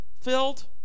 filled